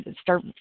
start